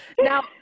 Now